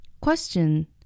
Question